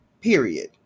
Period